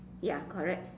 ya correct